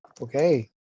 Okay